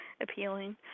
appealing